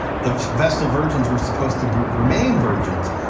the vestal virgins were supposed to remain virgins,